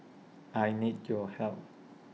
I need your help